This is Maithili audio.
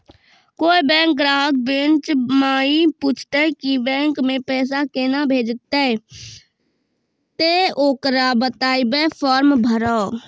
कोय बैंक ग्राहक बेंच माई पुछते की बैंक मे पेसा केना भेजेते ते ओकरा बताइबै फॉर्म भरो